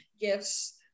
gifts